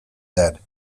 dead